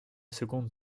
seconde